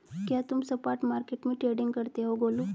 क्या तुम spot market में ट्रेडिंग करते हो गोलू?